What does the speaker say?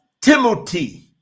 Timothy